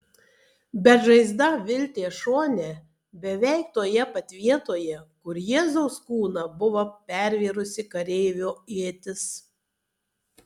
bet žaizda vilties šone beveik toje pat vietoje kur jėzaus kūną buvo pervėrusi kareivio ietis